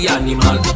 animal